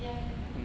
ya ya ya